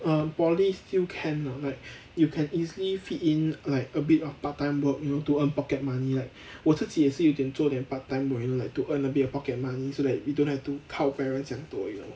err poly still can lah like you can easily fit in like a bit of part time work you know to earn pocket money like 我自己也是有点做点 part time work you know like to earn a bit of pocket money so that you don't have to 靠 parents 这样多 you know